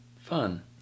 Fun